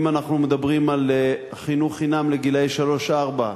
אם אנחנו מדברים על חינוך חינם לגילאי שלוש-ארבע,